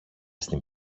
στην